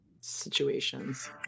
Situations